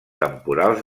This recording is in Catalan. temporals